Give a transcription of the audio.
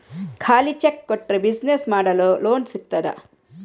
ಖಾಲಿ ಚೆಕ್ ಕೊಟ್ರೆ ಬಿಸಿನೆಸ್ ಮಾಡಲು ಲೋನ್ ಸಿಗ್ತದಾ?